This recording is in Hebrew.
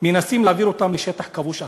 ומנסים להעביר אותם לשטח כבוש אחר.